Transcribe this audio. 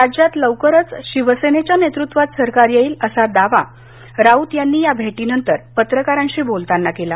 राज्यात लवकरच शिवसेनेच्या नेतृत्वात सरकार येईल असा दावा राऊत यांनी या भेटीनंतर पत्रकारांशी बोलताना केला